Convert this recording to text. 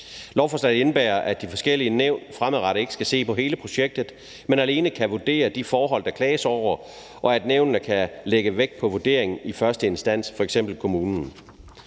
Lovforslaget indebærer, at de forskellige nævn fremover ikke skal se på hele projektet, men alene kan vurdere de forhold, der klages over, og at nævnene kan lægge vægt på vurderingen fra første instans, f.eks. kommunen.